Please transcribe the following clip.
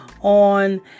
on